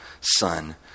son